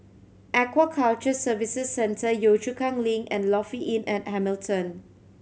Aquaculture Services Centre Yio Chu Kang Link and Lofi Inn at Hamilton